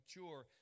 mature